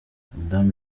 madame